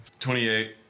28